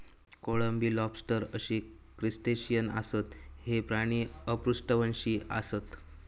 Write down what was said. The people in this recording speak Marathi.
कोळंबी, लॉबस्टर अशी क्रस्टेशियन आसत, हे प्राणी अपृष्ठवंशी आसत